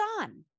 on